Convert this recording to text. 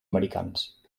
americans